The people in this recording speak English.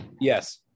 Yes